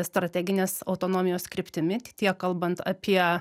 strateginės autonomijos kryptimi tiek kalbant apie